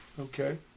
Okay